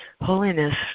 holiness